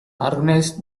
organised